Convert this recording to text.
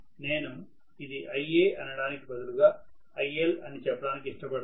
నేను ఇది Ia అనడానికి బదులుగా ILఅని చెప్పడానికి ఇష్టపడతాను